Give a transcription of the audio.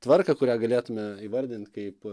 tvarką kurią galėtume įvardint kaip